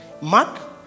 Mark